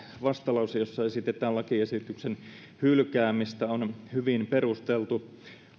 vastalause jossa esitetään lakiesityksen hylkäämistä on hyvin perusteltu